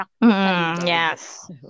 Yes